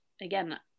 again